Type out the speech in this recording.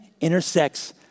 intersects